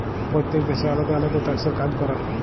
প্যইত্তেক দ্যাশের আলেদা আলেদা ট্যাক্সের কাজ ক্যরে